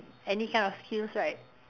any kind of skills right